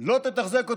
לא תתחזק אותו,